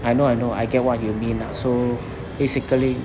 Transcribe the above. I know I know I get what you mean lah so basically